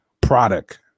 product